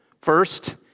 First